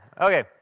Okay